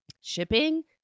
shipping